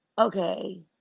okay